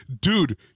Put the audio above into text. dude